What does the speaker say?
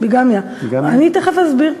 אני תכף אסביר.